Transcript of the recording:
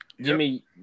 Jimmy